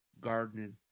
gardening